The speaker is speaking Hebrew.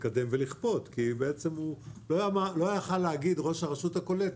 לקדם ולכפות כי לא יכול היה להגיד ראש הרשות הקולט: